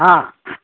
ꯍꯥ